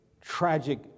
tragic